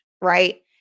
right